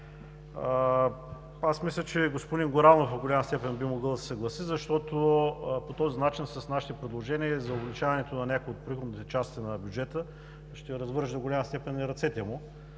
Аз мисля, че господин Горанов до голяма степен би могъл да се съгласи, защото по този начин с нашите предложения за увеличаването на някои от приходните части на бюджета ще развърже до голяма степен и ръцете му